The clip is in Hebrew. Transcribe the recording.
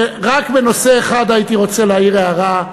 רק בנושא אחד הייתי רוצה להעיר הערה,